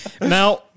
now